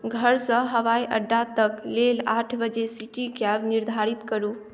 घरसँ हवाइ अड्डा तक लेल आठ बजे सिटी कैब निर्धारित करू